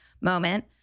moment